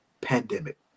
pandemic